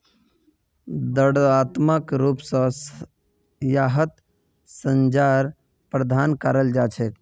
दण्डात्मक रूप स यहात सज़ार प्रावधान कराल जा छेक